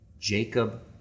Jacob